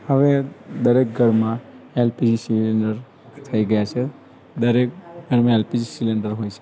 હવે દરેક ઘરમાં એલપીજી સિલિન્ડર થઈ ગયા છે દરેક ઘરમાં એલપીજી સિલિન્ડર હોય છે